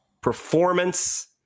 performance